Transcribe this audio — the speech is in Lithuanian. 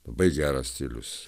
labai geras stilius